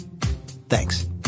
Thanks